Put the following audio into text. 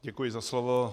Děkuji za slovo.